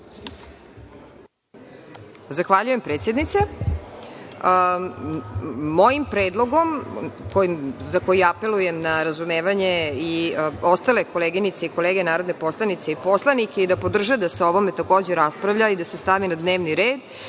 Zahvaljujem, predsednice. Moj predlog, kojim apelujem na razumevanje i ostale koleginice i kolege narodne poslanice i poslanike, da podrže da se o ovome takođe raspravlja i da se stavi na dnevni red,